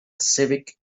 civic